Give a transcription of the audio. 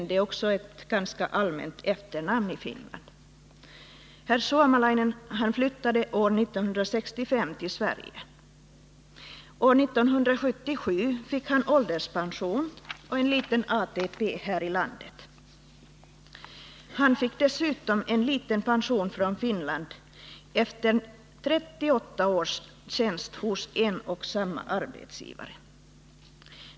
Det är också ett ganska vanligt efternamn i Finland. Herr Suomalainen flyttade år 1965 till Sverige, och år 1977 fick han ålderspension och en liten ATP här i landet. Han fick dessutom en liten pension från Finland efter 38 års tjänst hos en och samma arbetsgivare.